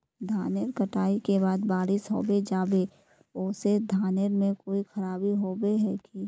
धानेर कटाई के बाद बारिश होबे जाए है ओ से धानेर में कोई खराबी होबे है की?